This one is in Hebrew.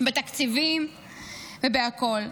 בתקציבים ובכול,